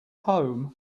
home